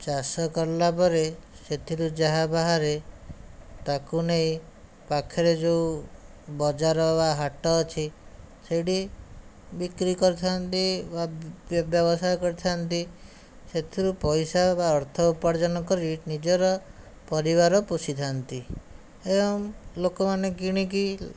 ଚାଷ କଲା ପରେ ସେଥିରୁ ଯାହା ବାହାରେ ତାକୁ ନେଇ ପାଖରେ ଯେଉଁ ବଜାର ବା ହାଟ ଅଛି ସେହିଠି ବିକ୍ରି କରିଥାଆନ୍ତି ବା ବ୍ୟବସାୟ କରିଥାଆନ୍ତି ସେଥିରୁ ପଇସା ବା ଅର୍ଥ ଉପାର୍ଯ୍ୟନ କରି ନିଜର ପରିବାର ପୋଷିଥାନ୍ତି ଏବଂ ଲୋକମାନେ କିଣିକି